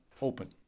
open